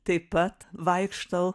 taip pat vaikštau